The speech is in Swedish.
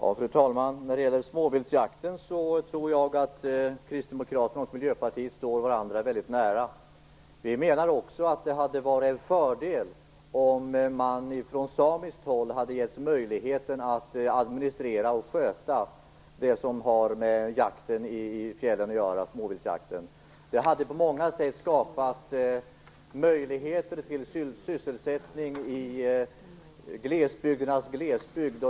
Fru talman! Jag tror att Kristdemokraterna och Miljöpartiet står varandra väldigt nära när det gäller småviltsjakten. Vi menar också att det hade varit en fördel om samerna hade getts möjligheter att administrera och sköta det som har med småviltsjakten i fjällen att göra. Det hade på många sätt skapat möjligheter till sysselsättning i glesbygdernas glesbygd.